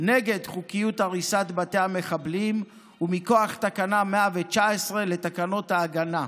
נגד חוקיות הריסת בתי המחבלים ומכוח תקנה 119 לתקנות ההגנה,